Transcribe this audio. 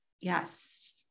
Yes